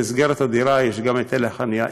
במסגרת הדירה יש גם היטל על חנייה.